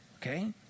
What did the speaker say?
Okay